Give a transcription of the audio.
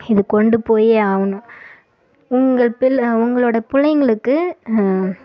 இது கொண்டு போயே ஆகணும் உங்கள் பிள் உங்களோடய பிள்ளைகளுக்கு